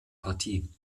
partie